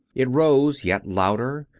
it rose yet louder,